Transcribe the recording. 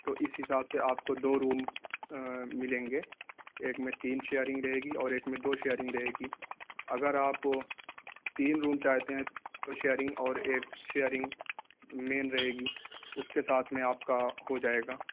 تو اس حساب سے آپ کو دو روم ملیں گے ایک میں تین شیئرنگ رہے گی اور ایک میں دو شیئرنگ رہے گی اگر آپ تین روم چاہتے ہیں تو شیئرنگ اور ایک شیرنگ مین رہے گی اس کے ساتھ میں آپ کا ہو جائے گا